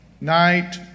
night